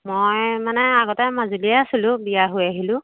মই মানে আগতে মাজুলীয়েই আছিলোঁ বিয়া হৈ আহিলোঁ